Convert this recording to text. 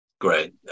Great